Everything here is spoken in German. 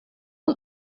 ein